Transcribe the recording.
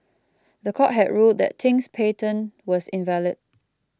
the court had ruled that Ting's patent was invalid